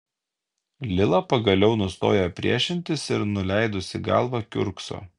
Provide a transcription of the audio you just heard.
lila pagaliau nustoja priešintis ir nuleidusi galvą kiurkso